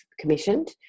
commissioned